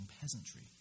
peasantry